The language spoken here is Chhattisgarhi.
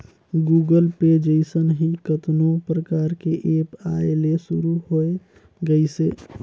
गुगल पे जइसन ही कतनो परकार के ऐप आये ले शुरू होय गइसे